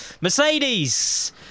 Mercedes